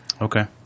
Okay